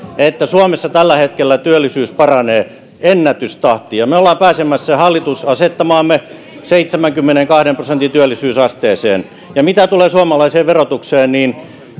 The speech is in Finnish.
että suomessa tällä hetkellä työllisyys paranee ennätystahtia me olemme pääsemässä hallitus asettamaamme seitsemänkymmenenkahden prosentin työllisyysasteeseen mitä tulee suomalaiseen verotukseen niin